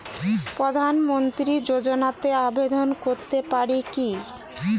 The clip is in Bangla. প্রধানমন্ত্রী যোজনাতে আবেদন করতে পারি কি?